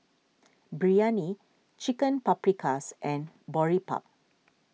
Biryani Chicken Paprikas and Boribap